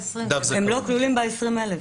הם לא כלולים ב-20,000.